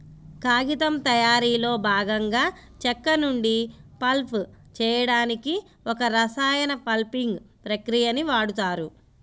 కాగితం తయారీలో భాగంగా చెక్క నుండి పల్ప్ చేయడానికి ఒక రసాయన పల్పింగ్ ప్రక్రియని వాడుతారు